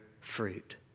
fruit